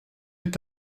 est